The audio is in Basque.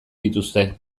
dituzte